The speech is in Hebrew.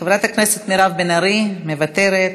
חברת הכנסת מירב בן ארי, מוותרת.